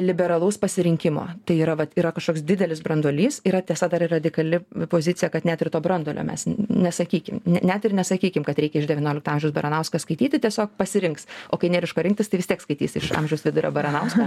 liberalaus pasirinkimo tai yra vat yra kažkoks didelis branduolys yra tiesa dar ir radikali pozicija kad net ir to branduolio mes nesakykim net ir nesakykim kad reikia iš deviniolikto amžiaus baranauską skaityti tiesiog pasirinks o kai nėr iš ko rinktis tai vis tiek skaitys iš amžiaus vidurio baranauską